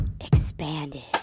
Expanded